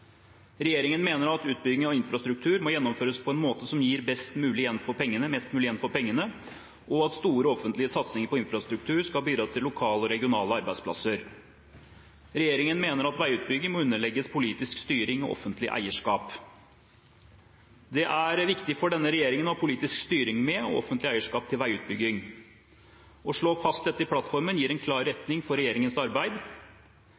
Regjeringen mener at utbygging av infrastruktur må gjennomføres på en måte som gir mest mulig igjen for pengene, og at store offentlige satsinger på infrastruktur skal bidra til lokale og regionale arbeidsplasser. Regjeringen mener at veiutbygging må underlegges politisk styring og offentlig eierskap.» Det er viktig for denne regjeringen å ha politisk styring med og offentlig eierskap til veiutbygging. Å slå fast dette i plattformen gir en klar